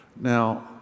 Now